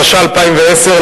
התשע"א 2010,